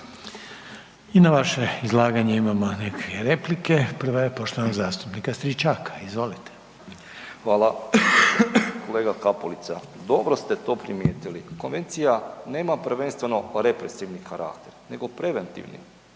I na vaše izlaganje imamo neke replike, prva je poštovanog zastupnika Stričaka, izvolite. **Stričak, Anđelko (HDZ)** Hvala. Kolega Kapulica, dobro ste to primijetili. Konvencija nema prvenstveno represivni karakter nego preventivni.